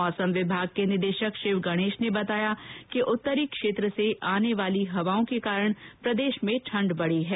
मौसम विभाग के निदेशक शिव गणेश ने बताया कि उत्तरी क्षेत्र से आने वाली हवाओं के कारण प्रदेश में ठंडबढ़ गई है